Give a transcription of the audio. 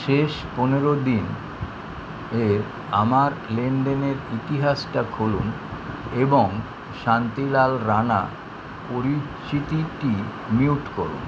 শেষ পনেরো দিন এর আমার লেনদেনের ইতিহাসটা খুলুন এবং শান্তিলাল রাণা পরিচিতিটি মিউট করুন